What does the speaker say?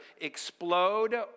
explode